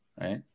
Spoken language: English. Right